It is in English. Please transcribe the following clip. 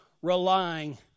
Relying